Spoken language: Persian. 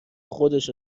خودش